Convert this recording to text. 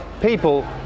people